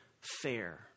fair